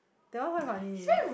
that one quite funny